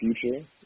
future